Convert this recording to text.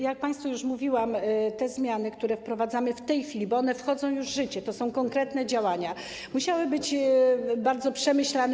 Jak państwu już mówiłam, te zmiany, które wprowadzamy w tej chwili - bo one wchodzą już w życie, to są konkretne działania - musiały być dogłębnie przemyślane.